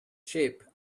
sheep